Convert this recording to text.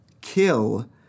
kill